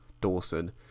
Dawson